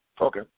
Okay